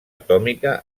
atòmica